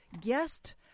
guest